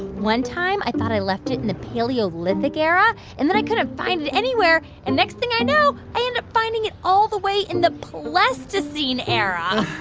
one time, i thought i left it in the paleolithic era. and then i couldn't find it anywhere. and next thing i know, i end up finding it all the way in the pleistocene era